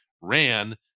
ran